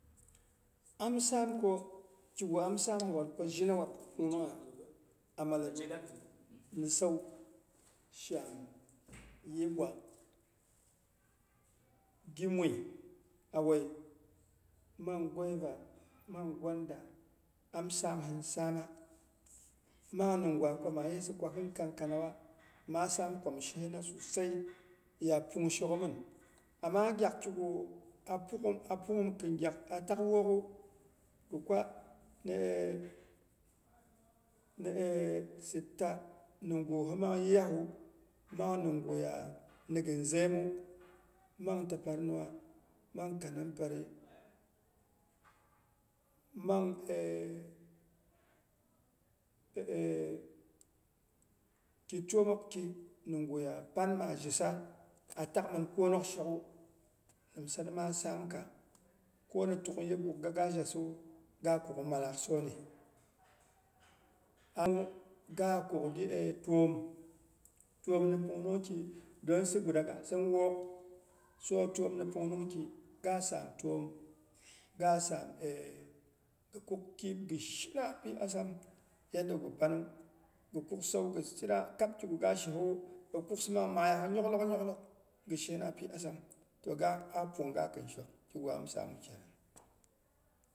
Am saam ko kigu ko am sannu war ko zhina war nongha a malemi ni sau, shaam, yibwa, gi mui awuei, mang gwaiva, mang gwanda. Am saamhin sama. Mang nimgwa ko maa yisa ko hin kankana wa, maa sa'amko mi shi. Hina swai ya pungshokghamin. Ama gyak kigu ah puk'ghim a punghim kin gyak atak wookgwu, gɨ kwa ni shita nimgu hinmang yiyahu, mang nimguya nigin zeemu, mang taparnuwa, mang kanampan, mang ki twomokki nimguya pan maa zhisa atakmin kwonok shokgwu nimsa nima saamka. Koni tuk'gh yip gukga ga zhasiwu ga kuk malaak sauni. Am ga gukgi twom twom ni pungnungki. Dongsi gudaga sin wook. So, twomni pungnungki gaa sam twom, ga saam eh ghi kuk kɨib gɨ shina pi asam, yaddagu pan gɨ kuk sau gɨ shina kab kigu ga shi nunghwu gɨ kuksi mang maiya ngyoklok nyoklok gɨ shinapi asam toh gaan a pung ga kɨn shok, kigu am saamu ke nang.